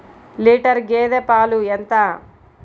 Litre గేదె పాలు ఎంత?